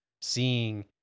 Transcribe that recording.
seeing